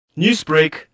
Newsbreak